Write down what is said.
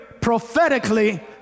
prophetically